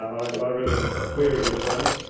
i really query this one.